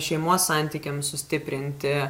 šeimos santykiams sustiprinti